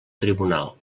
tribunal